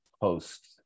post